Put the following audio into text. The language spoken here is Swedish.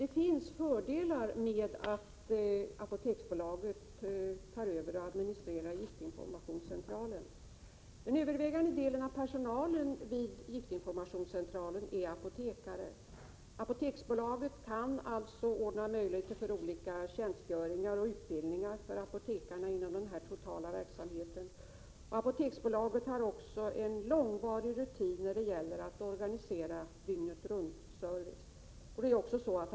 Det finns fördelar med att Apoteksbolaget tar över och administrerar giftinformationscentralen, Daniel Tarschys. Den övervägande delen av personalen vid giftinformationscentralen är apotekare. Apoteksbolaget kan alltså ordna möjlighet för olika tjänstgöringar och utbildningar för apotekarna inom den sammanlagda verksamheten. Apoteksbolaget har också lång erfarenhet när det gäller att organisera dygnet-runt-service.